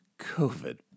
COVID